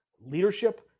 Leadership